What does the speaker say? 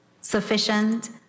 sufficient